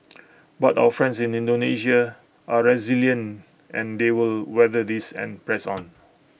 but our friends in Indonesia are resilient and they will weather this and press on